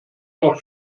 noch